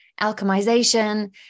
alchemization